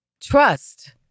Trust